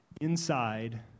inside